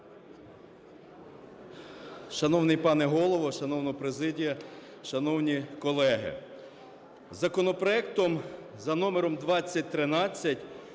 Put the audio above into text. Шановний пане Голово, шановна президіє, шановні колеги, законопроектом за номером 2013